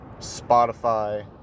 Spotify